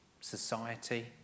society